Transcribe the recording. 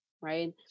right